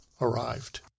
arrived